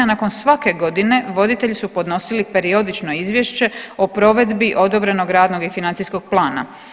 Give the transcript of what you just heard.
Nakon svake godine voditelji su podnosili periodično izvješće o provedbi odobrenog radnog i financijskog plana.